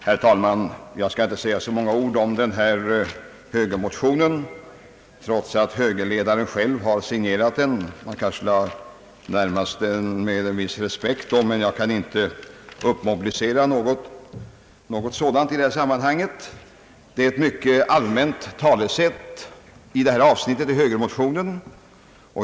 Herr talman! Jag skall inte säga många ord om denna högermotion, trots att högerledaren själv har signerat den. Man kanske då borde närma sig den med en viss respekt, men jag kan inte mobilisera någon sådan i detta sammanhansg. Högermotionen innehåller endast allmänna talesätt.